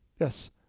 Yes